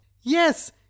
Yes